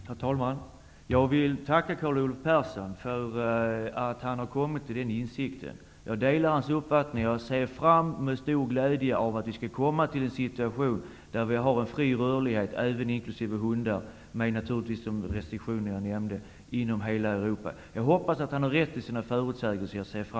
Herr talman! Jag vill tacka Carl Olov Persson för att han har kommit till denna insikt. Jag delar hans uppfattning, och jag ser med stor glädje fram emot en situation med fri rörlighet, även för hundar, naturligtvis med de restriktioner jag nämnde, inom hela Europa. Jag hoppas att han har rätt i sina förutsägelser.